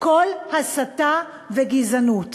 כל הסתה וגזענות.